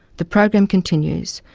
the program continues,